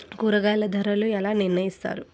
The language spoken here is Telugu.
కూరగాయల ధరలు ఎలా నిర్ణయిస్తారు?